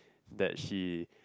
that she